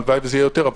הלוואי וזה יהיה יותר.